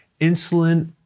insulin